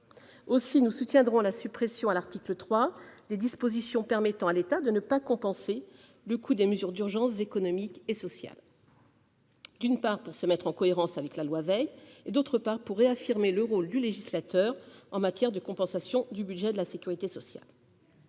Aussi, nous soutiendrons la suppression à l'article 3 des dispositions permettant à l'État de ne pas compenser le coût des mesures d'urgence économiques et sociales. Il s'agit pour nous, d'une part, de se mettre en cohérence avec la loi Veil, d'autre part, de réaffirmer le rôle du législateur en matière de compensation du budget de la sécurité sociale.